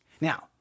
Now